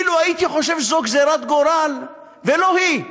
אילו הייתי חושב שזו גזירת גורל, ולא היא.